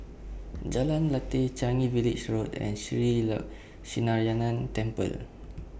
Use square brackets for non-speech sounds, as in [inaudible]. Jalan Lateh Changi Village Road and Shree [unintelligible] Temple